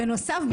בנוסף,